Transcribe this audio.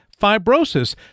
fibrosis